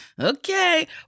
Okay